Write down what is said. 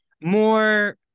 more